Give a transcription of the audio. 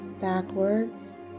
backwards